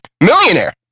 Millionaire